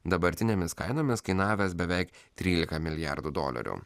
dabartinėmis kainomis kainavęs beveik trylika milijardų dolerių